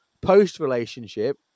Post-relationship